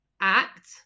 act